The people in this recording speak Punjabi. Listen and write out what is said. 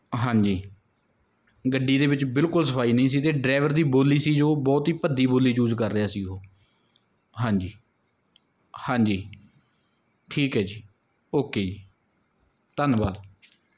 ਹਾਂਜੀ ਗੱਡੀ ਦੇ ਵਿੱਚ ਬਿਲਕੁਲ ਸਫਾਈ ਨਹੀਂ ਸੀ ਅਤੇ ਡਰਾਈਵਰ ਦੀ ਬੋਲੀ ਸੀ ਜੋ ਬਹੁਤ ਹੀ ਭੱਦੀ ਬੋਲੀ ਯੂਜ਼ ਕਰ ਰਿਹਾ ਸੀ ਉਹ ਹਾਂਜੀ ਹਾਂਜੀ ਠੀਕ ਹੈ ਜੀ ਓਕੇ ਜੀ ਧੰਨਵਾਦ